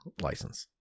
license